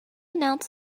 announce